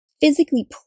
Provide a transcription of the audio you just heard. physically